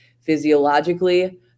physiologically